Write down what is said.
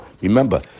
Remember